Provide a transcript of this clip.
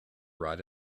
right